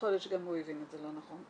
יכול להיות שגם הוא הבין את זה לא נכון.